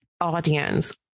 audience